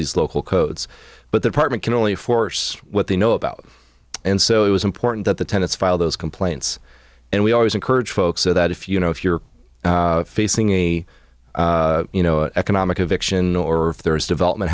these local codes but their partner can only force what they know about and so it was important that the tenants file those complaints and we always encourage folks so that if you know if you're facing a you know economic eviction or if there is development